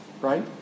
right